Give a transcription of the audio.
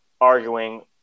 arguing